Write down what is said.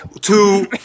two